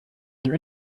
their